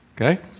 Okay